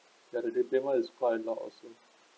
ya the repayment is quite a lot also